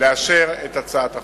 לאשר את הצעת החוק.